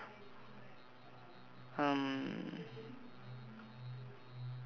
um